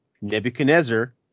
Nebuchadnezzar